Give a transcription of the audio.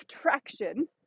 traction